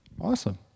Awesome